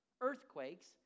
earthquakes